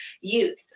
youth